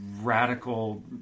radical